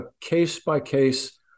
case-by-case